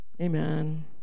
Amen